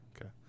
Okay